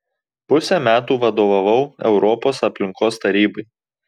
pusę metų vadovavau europos aplinkos tarybai